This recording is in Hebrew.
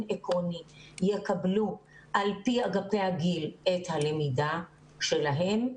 עקרוני על פי אגפי הגיל את הלמידה שלהם,